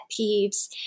peeves